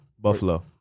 Buffalo